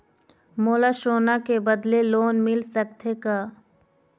मोला सोना के बदले लोन मिल सकथे का?